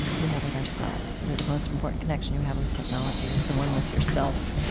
we have with ourselves, or the most important connection you have with technology is the one with yourself.